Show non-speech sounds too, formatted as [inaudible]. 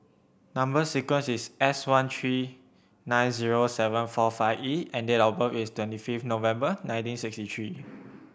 number sequence is S one three nine zero seven four five E and date of birth is twenty fifth November nineteen sixty three [noise]